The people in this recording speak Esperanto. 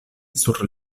sur